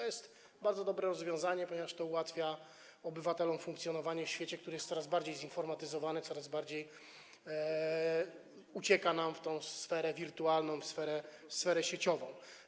Jest to bardzo dobre rozwiązanie, ponieważ ułatwia to obywatelom funkcjonowanie w świecie, który jest coraz bardziej zinformatyzowany, coraz bardziej ucieka nam w tę sferę wirtualną, sferę sieciową.